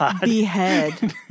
behead